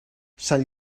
sant